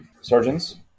surgeons